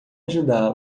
ajudá